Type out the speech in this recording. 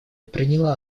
приняла